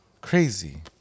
crazy